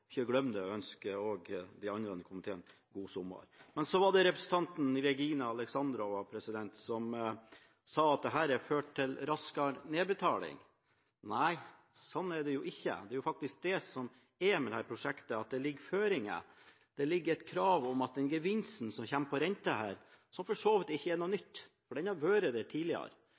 det, også ønske de andre i komiteen god sommer. Representanten Regina Alexandrova sa at dette førte til raskere nedbetaling. Nei, sånn er det ikke. Det er jo faktisk det som er med dette prosjektet, at det ligger føringer. Det ligger et krav om at den gevinsten som kommer på denne renta – som for så vidt ikke er noe nytt, for den har vært der tidligere